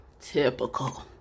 Typical